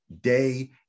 day